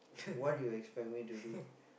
what you expect me to do